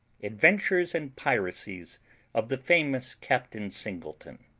adventures and piracies of the famous captain singleton,